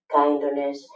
kindness